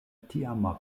tiama